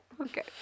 Okay